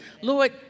Lord